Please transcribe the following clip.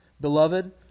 Beloved